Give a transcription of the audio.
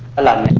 eleven